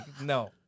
no